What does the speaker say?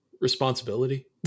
Responsibility